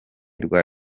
rwa